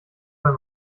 weil